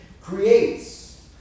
creates